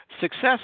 success